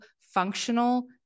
functional